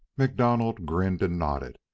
macdonald grinned and nodded,